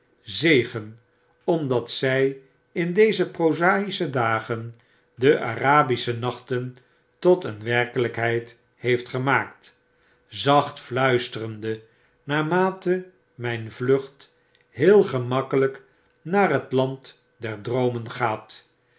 zegen omdat zij in deze prozai'sche dagen de arabische nachten tot een werkelijkheid heeft gemaakt zacht fluisterende naarmate myn vlucht heel gemakkelyk naar het land der droomen gaat